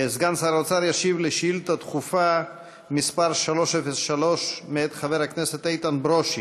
סגן שר האוצר ישיב על שאילתה דחופה מס' 303 מאת חבר הכנסת איתן ברושי,